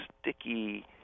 sticky